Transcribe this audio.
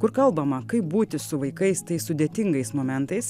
kur kalbama kaip būti su vaikais tais sudėtingais momentais